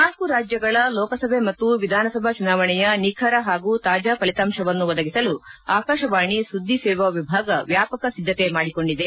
ನಾಲ್ಲು ರಾಜ್ಯಗಳ ಲೋಕಸಭೆ ಮತ್ತು ವಿಧಾನಸಭಾ ಚುನಾವಣೆಯ ನಿಖರ ಹಾಗೂ ತಾಜಾ ಫಲಿತಾಂಶವನ್ನು ಒದಗಿಸಲು ಆಕಾಶವಾಣಿ ಸುದ್ದಿ ಸೇವಾ ವಿಭಾಗ ವ್ಯಾಪಕ ಸಿದ್ಗತೆ ಮಾಡಿಕೊಂಡಿದೆ